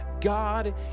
God